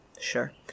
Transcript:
sure